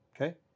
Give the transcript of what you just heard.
Okay